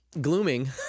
glooming